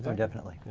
um definitely.